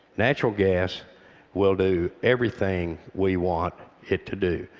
natural gas will do everything we want it to do.